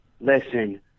listen